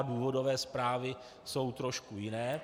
Důvodové zprávy jsou trošku jiné.